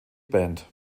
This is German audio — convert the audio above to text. band